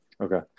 Okay